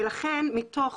ולכן מתוך